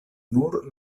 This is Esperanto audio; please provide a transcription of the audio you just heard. nur